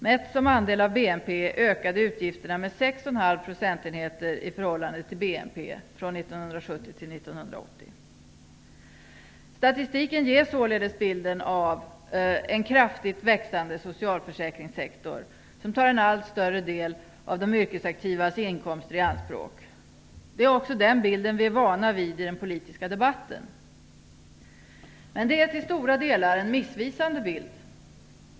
Mätt som andel av BNP ökade utgifterna med Statistiken ger således bilden av en kraftigt växande socialförsäkringssektor som tar en allt större del av de yrkesaktivas inkomster i anspråk. Det är också den bilden vi är vana vid i den politiska debatten. Men det är till stora delar en missvisande bild.